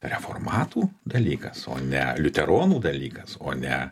reformatų dalykas o ne liuteronų dalykas o ne